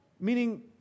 Meaning